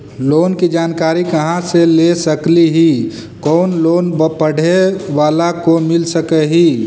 Loan की जानकारी कहा से ले सकली ही, कोन लोन पढ़े बाला को मिल सके ही?